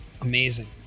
amazing